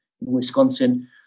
Wisconsin